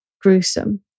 gruesome